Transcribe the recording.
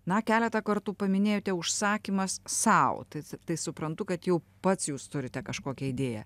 na keletą kartų paminėjote užsakymas sau taip tai suprantu kad jau pats jūs turite kažkokią idėją